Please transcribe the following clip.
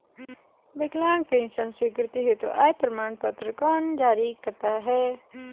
विकलांग पेंशन स्वीकृति हेतु आय प्रमाण पत्र कौन जारी करता है?